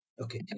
Okay